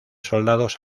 soldados